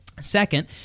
Second